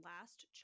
last